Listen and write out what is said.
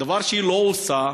דבר שהיא לא עושה.